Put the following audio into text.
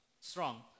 strong